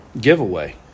Giveaway